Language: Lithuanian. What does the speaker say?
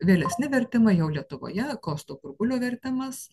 vėlesni vertimai jau lietuvoje kosto kurkulio vertimas